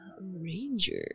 ranger